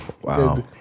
Wow